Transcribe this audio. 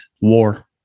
War